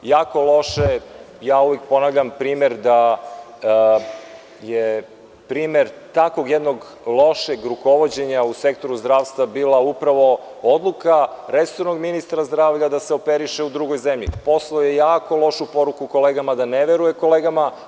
Jako loše, uvek ponavljam primer da je primer takvog jednog lošeg rukovođenja u sektoru zdravstva upravo bila odluka resornog ministra zdravlja da se operiše u drugoj zemlji. oslao je jako lošu poruku kolegama da ne veruje kolegama.